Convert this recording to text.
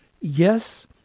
yes